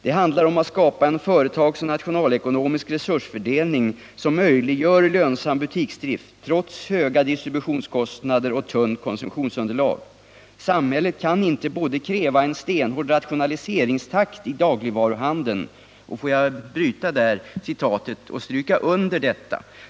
Det handlar om att skapa en företagsoch nationalekonomisk resursfördelning som möjliggör lönsam butiksdrift, trots höga distributionskostnader och tunt konsumtions Samhället kan inte både kräva en stenhård rationaliseringstakt i dagligvaruhandeln ——-— och en ökad satsning på glesbygdsbutiker med en besvärlig lönsamhetssituation.” Låt mig avbryta citatet här och stryka under detta.